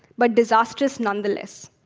but disastrous, nonetheless.